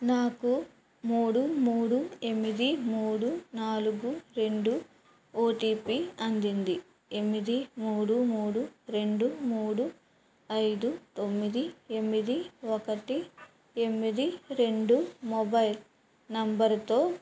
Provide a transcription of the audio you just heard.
నాకు మూడు మూడు ఎనిమిది మూడు నాలుగు రెండు ఓటిపి అందింది ఎనిమిది మూడు మూడు రెండు మూడు ఐదు తొమ్మిది ఎనిమిది ఒకటి ఎనిమిది రెండు మొబైల్ నంబరుతో